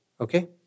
Okay